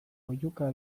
oihuka